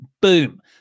Boom